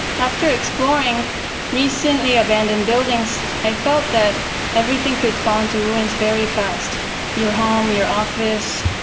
after exploring recently-abandoned buildings, i felt that everything could fall into ruins very fast your home, your office,